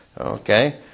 Okay